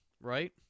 Right